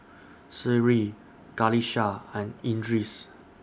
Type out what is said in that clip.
Seri Qalisha and Idris